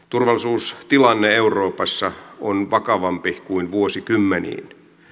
turvallisuustilanne euroopassa on vakavampi kuin vuosikymmeniin